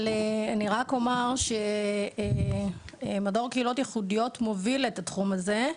אני רק אומר שמדור קהילות ייחודיות מוביל את התחום הזה,